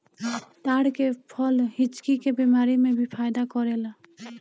ताड़ के फल हिचकी के बेमारी में भी फायदा करेला